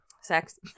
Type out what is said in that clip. sex